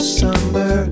summer